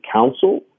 council